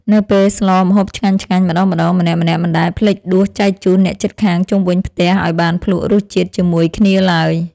នៅពេលស្លម្ហូបឆ្ងាញ់ៗម្ដងៗ ម្នាក់ៗមិនដែលភ្លេចដួសចែកជូនអ្នកជិតខាងជុំវិញផ្ទះឱ្យបានភ្លក់រសជាតិជាមួយគ្នាឡើយ។